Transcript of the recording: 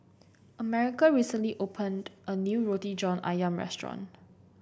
America recently opened a new Roti John ayam restaurant